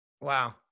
Wow